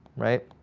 right?